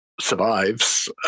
survives